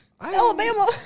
Alabama